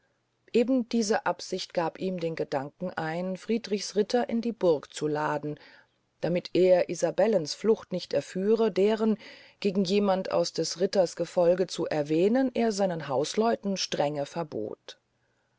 eben diese absicht gab ihm den gedanken ein friedrichs ritter in die burg zu laden damit er isabellens flucht nicht erführe deren gegen jemand aus des ritters gefolge zu erwähnen er seinen hausleuten strenge verbot